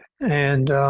and